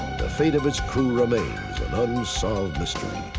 the fate of its crew remains an unsolved mystery.